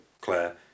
Claire